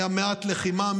הייתה מעט לחימה,